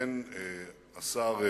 שארגן השר ברוורמן,